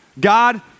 God